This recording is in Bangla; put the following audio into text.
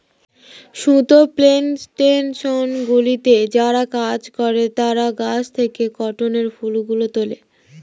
সুতো প্ল্যানটেশনগুলিতে যারা কাজ করে তারা গাছ থেকে কটনের ফুলগুলো তোলে